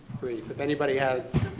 brief. if anybody has